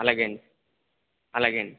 అలాగే అండి అలాగే అండి